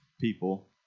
people